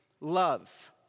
love